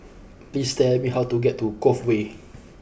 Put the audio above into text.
please tell me how to get to Cove Way